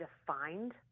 defined